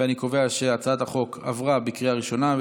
אני קובע שהצעת החוק עברה בקריאה ראשונה,